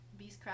Beastcraft